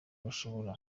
bashobora